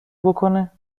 بکنه